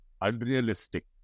unrealistic